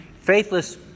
faithless